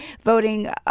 voting